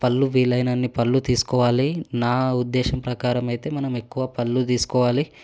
పళ్ళు వీలైనన్ని పళ్ళు తీసుకోవాలి నా ఉద్దేశం ప్రకారం అయితే మనం ఎక్కువ పళ్ళు తీసుకోవాలి